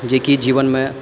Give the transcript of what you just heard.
जे कि जीवन मे